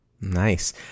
Nice